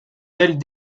ailes